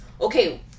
okay